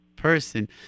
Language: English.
person